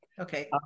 Okay